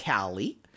Callie